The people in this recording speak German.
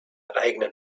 eigenen